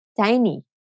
tiny